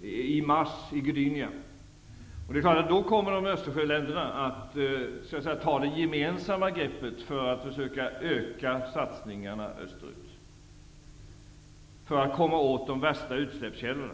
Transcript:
Det är klart att Östersjöländerna då kommer att gemensamt ta ett grepp för att försöka få ökade satsningar österut och för att det skall gå att komma åt de värsta utsläppskällorna.